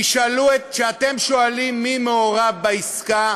כשאתם שואלים מי מעורב בעסקה,